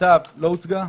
לא הוצגה?